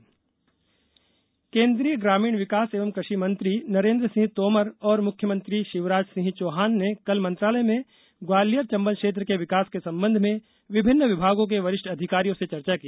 शिवराज तोमर बैठक केन्द्रीय ग्रामीण विकास एंव कृषि मंत्री नरेन्द्र सिंह तोमर और मुख्यमंत्री शिवराज सिंह चौहान ने कल मंत्रालय में ग्वालियर चंबल क्षेत्र के विकास के संबंध में विभिन्न विभागों के वरिष्ठ अधिकारियों से चर्चा की